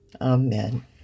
amen